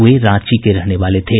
वे रांची के रहने वाले थे